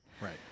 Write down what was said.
right